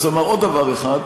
אני רוצה לומר עוד דבר אחד,